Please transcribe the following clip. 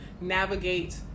navigate